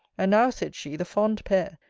and now, said she, the fond pair,